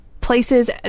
places